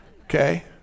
okay